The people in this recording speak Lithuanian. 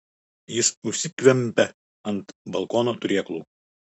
jis užsikvempia ant balkono turėklų